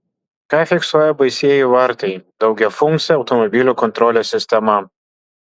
ką fiksuoja baisieji vartai daugiafunkcė automobilių kontrolės sistema